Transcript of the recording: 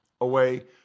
away